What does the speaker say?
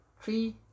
three